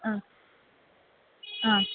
ആ ആ